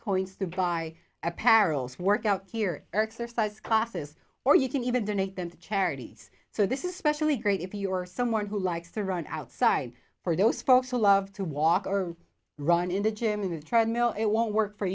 coins to buy apparels workout gear exercise classes or you can even donate them to charities so this is especially great if you're someone who likes to run outside for those folks who love to walk or run in the gym in the treadmill it won't work for